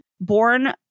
born